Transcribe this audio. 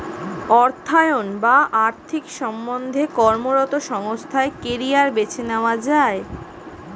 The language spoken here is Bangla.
অর্থায়ন বা আর্থিক সম্বন্ধে কর্মরত সংস্থায় কেরিয়ার বেছে নেওয়া যায়